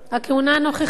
הכהונה הנוכחית,